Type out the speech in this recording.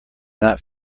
not